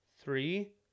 three